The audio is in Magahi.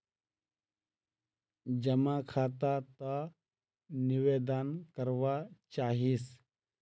जमा खाता त निवेदन करवा चाहीस?